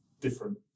different